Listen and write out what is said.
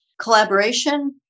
collaboration